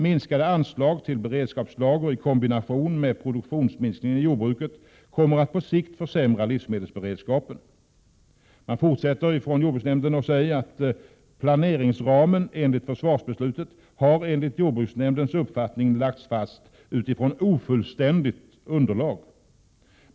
Minskade anslag till beredskapslager i kombination med produktionsminskningen i jordbruket kommer att på sikt försämra livsmedelsberedskapen.” Vidare: ”Planeringsramen enligt försvarsbeslutet har enligt jordbruksnämndens uppfattning lagts fast utifrån ett ofullständigt underlag.